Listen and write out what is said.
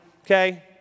okay